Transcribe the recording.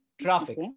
traffic